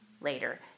later